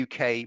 uk